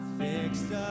fixed